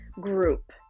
group